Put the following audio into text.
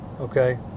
Okay